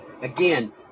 again